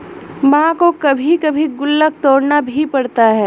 मां को कभी कभी गुल्लक तोड़ना भी पड़ता है